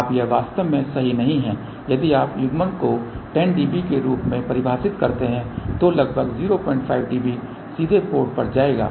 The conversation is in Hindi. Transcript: अब यह वास्तव में सही नहीं है यदि आप युग्मन को 10 dB के रूप में परिभाषित करते हैं तो लगभग 05 dB सीदे पोर्ट पर जाएगा